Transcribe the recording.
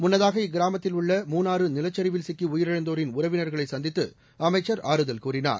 முன்னதாக இக்கிராமத்தில் உள்ள மூணாறு நிலச்சரிவில் சிக்கி உயிரிழந்தோரின் உறவினர்களை சந்தித்து அமைச்சர் ஆறுதல் கூறினார்